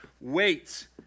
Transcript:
wait